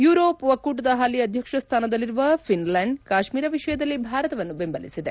Europe ಒಕ್ಕೂಟದ ಹಾಲಿ ಅಧ್ಯಕ್ಷ ಸ್ಥಾನದಲ್ಲಿರುವ ಫಿನ್ಲೆಂಡ್ ಕಾಶ್ಮೀರ ವಿಷಯದಲ್ಲಿ ಭಾರತವನ್ನು ಬೆಂಬಲಿಸಿದೆ